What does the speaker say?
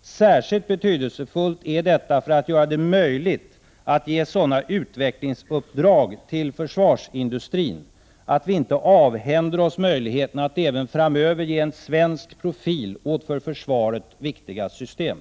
Särskilt betydelsefullt är detta för att göra det möjligt att ge sådana utvecklingsuppdrag till försvarsindustrin att vi inte avhänder oss möjligheten att även framöver ge en svensk profil åt för försvaret viktiga system.